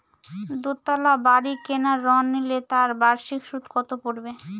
দুতলা বাড়ী কেনার ঋণ নিলে তার বার্ষিক সুদ কত পড়বে?